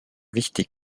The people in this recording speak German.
wichtig